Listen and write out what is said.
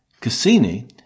cassini